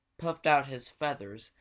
puffed out his feathers,